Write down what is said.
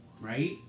right